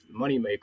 Moneymaker